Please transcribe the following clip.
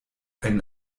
ein